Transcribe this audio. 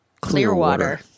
Clearwater